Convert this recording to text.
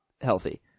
healthy